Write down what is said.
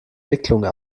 wicklungen